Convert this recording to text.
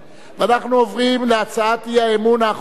אנחנו עוברים להצעת האי-אמון האחרונה,